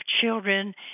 children